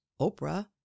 Oprah